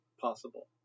possible